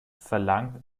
verlangt